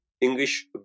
English